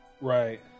Right